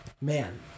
man